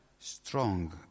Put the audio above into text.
Strong